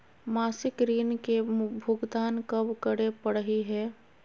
मासिक ऋण के भुगतान कब करै परही हे?